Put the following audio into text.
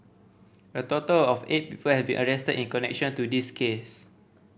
a total of eight people have been arrested in connection to this case